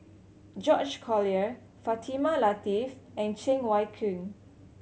George Collyer Fatimah Lateef and Cheng Wai Keung